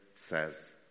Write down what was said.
says